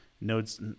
nodes